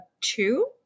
two